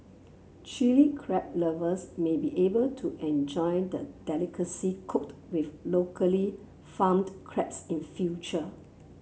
Chilli Crab lovers may be able to enjoy the delicacy cooked with locally farmed crabs in future